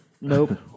Nope